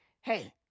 hey